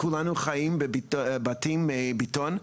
כולנו חיים בבתים מבטון,